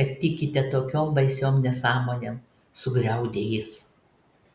kad tikite tokiom baisiom nesąmonėm sugriaudė jis